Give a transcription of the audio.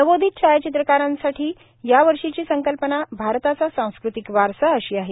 नवोदित छायाचित्रकारांसाठी यावर्षीची संकल्पना भारताचा सांस्कृतिक वारसा अशी आहे